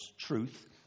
truth